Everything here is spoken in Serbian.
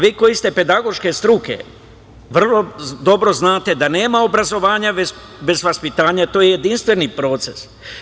Vi koji ste pedagoške struke vrlo dobro znate da nema obrazovanja bez vaspitanja, to je jedinstveni proces.